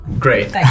Great